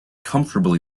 comfortably